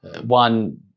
one